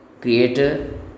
Creator